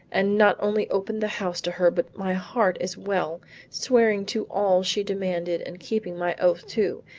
and not only opened the house to her but my heart as well swearing to all she demanded and keeping my oath too,